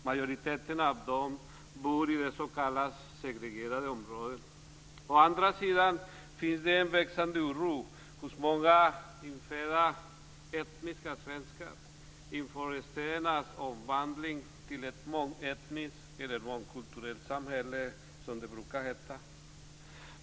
Majoriteten av dem som bor i s.k. segregerade områden. Å andra sidan finns det en växande oro hos många infödda "etniska" svenskar inför städernas omvandling till ett mångetniskt eller mångkulturellt samhälle, som det brukar heta.